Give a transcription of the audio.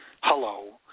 Hello